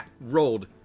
rolled